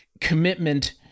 commitment